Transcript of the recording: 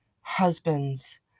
Husbands